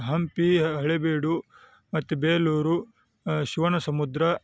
ಹಂಪಿ ಹಳೆಬೀಡು ಮತ್ತು ಬೇಲೂರು ಶಿವನಸಮುದ್ರ